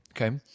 okay